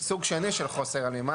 סוג שני של חוסר הלימה,